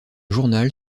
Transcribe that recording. journal